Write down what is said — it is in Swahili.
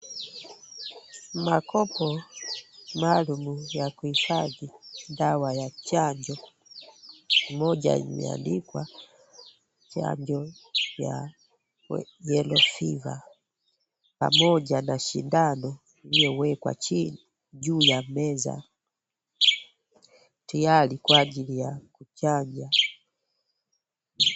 Makopo maalum ya kuhifadhi dawa ya chanjo, moja imeandikwa chanjo ya yellow fever pamoja na sindano iliyowekwa chini juu ya meza tiyari kwa ajili ya kuchanja.